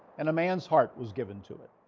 and a man's heart was given to it